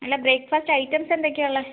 അല്ല breakfast items എന്തൊക്കെയാണ് ഉള്ളത്